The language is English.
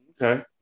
Okay